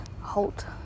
halt